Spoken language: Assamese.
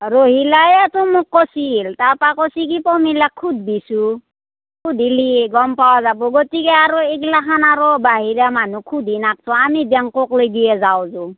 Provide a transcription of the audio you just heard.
ৰহিলায়েতো মোক কৈছিল তাৰ পা কৈছি কি পমিলাক সুধবিচো সুধিলি গম পৱা যাব গতিকে আৰু এইগিলাখন আৰু বাহিৰা মানুহক সুধি নাথকো আমি বেংকক লাগিয়ে যাওঁ যৌ